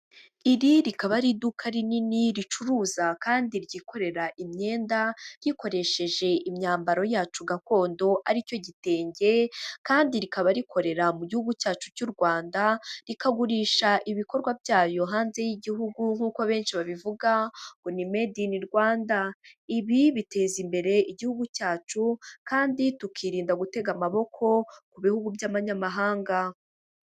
iri rikaba ari iduka rinini ricuruza kandi ryikorera imyenda rikoresheje imyambaro yacu gakondo aricyo gitenge kandi rikaba rikorera mu gihugu cyacu cy'urwanda rikagurisha ibikorwa byayo hanze y'igihugu nkunko benshi babivuga ngo nimade in rwanda ibi biteza imbere igihugu cyacu kandi tukirinda gutega amaboko ku bihugu by'abanyamahanga